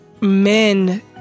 men